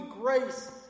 grace